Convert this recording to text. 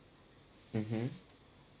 mmhmm